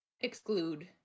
exclude